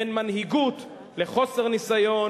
בין מנהיגות לחוסר ניסיון.